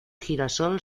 girasol